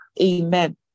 Amen